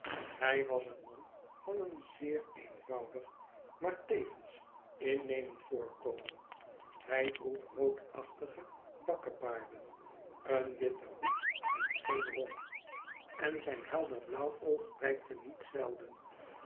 hij was een man van een zeer eenvoudig maar tevens innemend voorkomen hij droeg roodachtige bakkebaarden een witten hoed en geen rok enzijnhelder blau w oog prij kte niet zelden